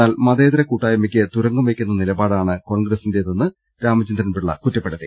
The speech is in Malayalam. എന്നാൽ മതേ തര കൂട്ടായ്മയ്ക്ക് തുരങ്കം വെയ്ക്കുന്ന നിലപാടാണ് കോൺഗ്ര സ്സിന്റേതെന്ന് രാമചന്ദ്രൻ പിള്ള കുറ്റപ്പെടുത്തി